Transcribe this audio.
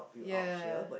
ya